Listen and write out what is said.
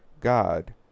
God